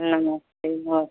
नमस्ते नमस